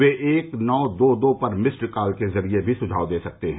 वे एक नौ दो दो पर मिस्ड कॉल के जरिए भी सुझाव दे सकते हैं